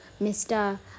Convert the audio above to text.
Mr